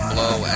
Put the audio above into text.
Blow